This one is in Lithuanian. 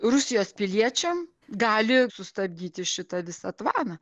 rusijos piliečiam gali sustabdyti šitą visą tvaną